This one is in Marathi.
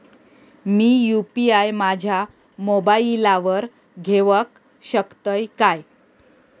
मी यू.पी.आय माझ्या मोबाईलावर घेवक शकतय काय?